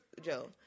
Joe